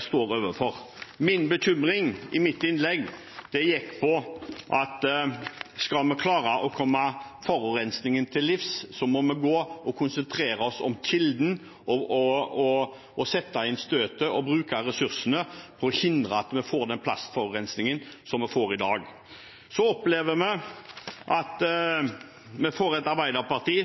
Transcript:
står overfor. Min bekymring, i mitt innlegg, gikk på at skal vi klare å komme forurensningen til livs, må vi konsentrere oss om kilden, sette inn støtet og bruke ressursene på å hindre at vi får den plastforurensningen som vi får i dag. Så opplever vi at vi får et Arbeiderparti